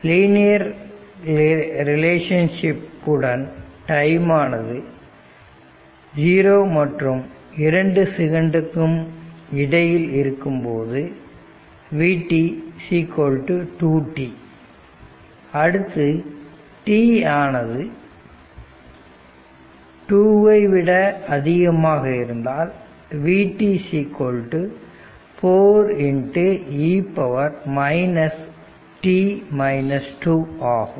linear relationship உடன் time ஆனது 0 மற்றும் 2 செகண்ட்டுக்கும் இடையில் இருக்கும்போதுv 2t அடுத்து t ஆனது 2ஐ விட அதிகமாக இருந்தால்v 4e ஆகும்